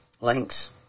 links